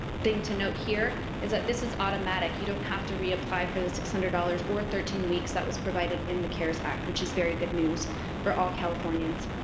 thing to note here is that this is automatic you don't have to reapply for the six hundred dollars or thirteen weeks that was provided in the cares act which is very good news for all californians.